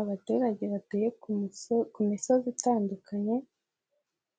Abaturage batuye ku misozi itandukanye